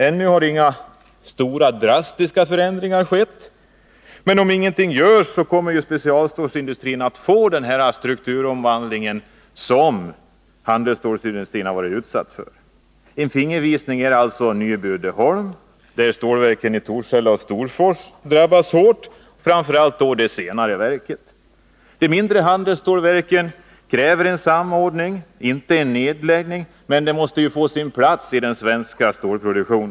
Ännu har inga drastiska förändringar skett, men om ingenting görs kommer specialstålsindustrin att få den strukturomvandling som handelsstålsindustrin varit utsatt för. En fingervisning får vi genom Nyby Uddeholm, där stålverken i Torshälla och Storfors drabbas hårt, framför allt det senare verket. De mindre handelsstålverken kräver en samordning, inte en nedläggning — de måste få sin plats i den svenska stålproduktionen.